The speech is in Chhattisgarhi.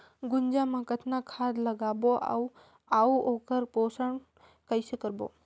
गुनजा मा कतना खाद लगाबो अउ आऊ ओकर पोषण कइसे करबो?